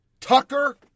Tucker